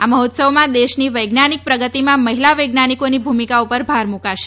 આ મહોત્સવમા દેશની વૈજ્ઞાનિક પ્રગતિમાં મહિલા વૈજ્ઞાનિકોની ભૂમીકા પર ભાર મૂકાશે